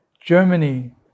Germany